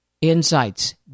insights